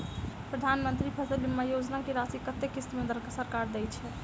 प्रधानमंत्री फसल बीमा योजना की राशि कत्ते किस्त मे सरकार देय छै?